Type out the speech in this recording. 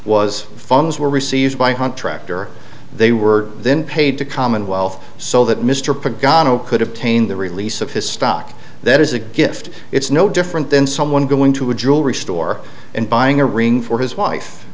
was funds were received by one tractor they were then paid to commonwealth so that mr pic gano could have tain the release of his stock that is a gift it's no different than someone going to a jewelry store and buying a ring for his wife